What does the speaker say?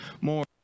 more